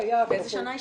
באיזו שנה אישררנו?